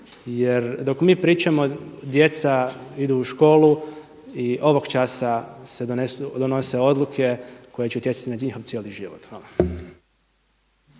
Jer dok mi pričamo djeca idu u školu i ovog časa se donose odluke koje će utjecati na njihov cijeli život.